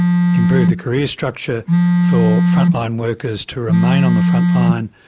improve the career structure for frontline workers to remain on the frontline,